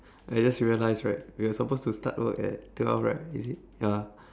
I just realise right we are supposed to start work at twelve right is it ya